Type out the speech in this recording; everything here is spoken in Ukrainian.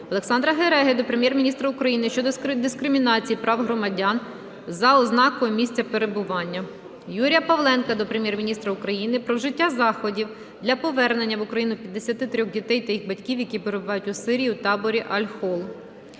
Олександра Гереги до Прем'єр-міністра України щодо дискримінації прав громадян за ознакою місця перебування. Юрія Павленка до Прем'єр-міністра України про вжиття заходів для повернення в Україну 53 дітей та їх батьків, які перебувають в Сирії у таборі Аль-Хол.